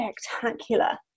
spectacular